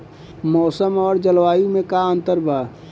मौसम और जलवायु में का अंतर बा?